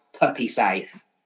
puppy-safe